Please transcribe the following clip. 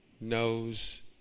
knows